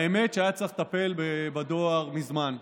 האמת היא שהיה צריך לטפל בדואר מזמן,